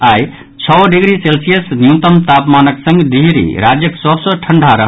आई छओ degree Celsius न्यूनतम तापमानक संग डिहरी राज्यक सभ सँ ठंढा रहल